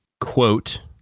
quote